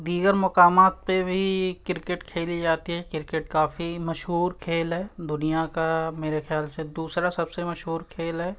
دیگر مقامات پہ بھی کرکٹ کھیلی جاتی ہے کرکٹ کافی مشہور کھیل ہے دنیا کا میرے خیال سے دوسرا سب سے مشہور کھیل ہے